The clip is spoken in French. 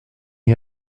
est